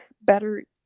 better